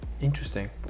Interesting